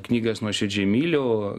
knygas nuoširdžiai myliu